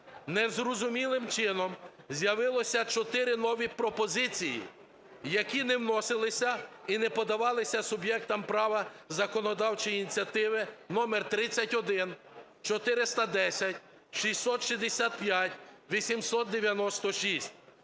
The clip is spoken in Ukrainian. незрозумілим чином з'явилися чотири нові пропозиції, які не вносилися і не подавалися суб'єктом права законодавчої ініціативи: номер 31, 410, 665, 896.